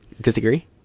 Disagree